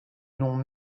nom